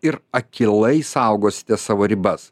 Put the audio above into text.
ir akylai saugosite savo ribas